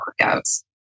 workouts